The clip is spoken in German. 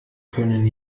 können